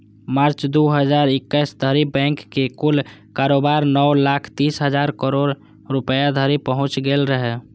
मार्च, दू हजार इकैस धरि बैंकक कुल कारोबार नौ लाख तीस हजार करोड़ रुपैया धरि पहुंच गेल रहै